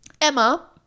Emma